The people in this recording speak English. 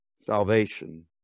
Salvation